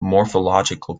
morphological